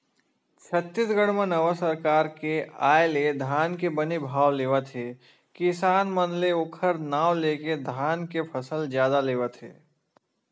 छत्तीसगढ़ म नवा सरकार के आय ले धान के बने भाव लेवत हे किसान मन ले ओखर नांव लेके धान के फसल जादा लेवत हे